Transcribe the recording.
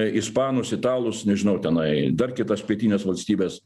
ispanus italus nežinau tenai dar kitas pietines valstybes